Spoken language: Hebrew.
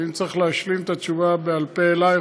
ואם צריך להשלים את התשובה בעל פה אליך,